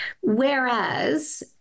Whereas